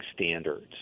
standards